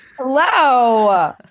Hello